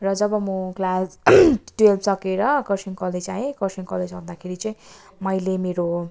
र जब म क्लास टुवेल्भ सकेर कर्सियङ कलेज आएँ कर्सियङ कलेज आउँदाखेरि चाहिँ मैले मेरो